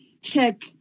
check